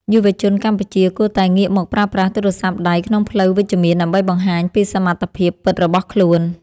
យុវជនកម្ពុជាគួរតែងាកមកប្រើប្រាស់ទូរស័ព្ទដៃក្នុងផ្លូវវិជ្ជមានដើម្បីបង្ហាញពីសមត្ថភាពពិតរបស់ខ្លួន។